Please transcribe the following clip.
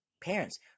parents